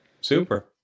Super